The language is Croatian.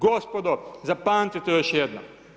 Gospodo, zapamtite još jednom.